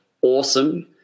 awesome